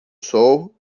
sol